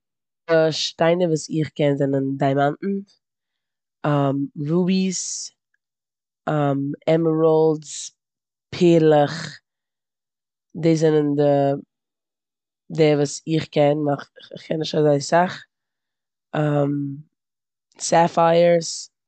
שטיינער וואס איך קען זענען דיאמאנטן, רוביס, עמעראלדס, פערלעך, דאס זענען די- די וואס איך קען ווייל כ- כ- כ'קען נישט אזוי סאך, סעפייערס.